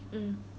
mm